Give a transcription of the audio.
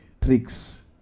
tricks